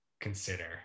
consider